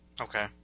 Okay